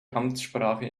amtssprache